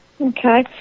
Okay